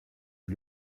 est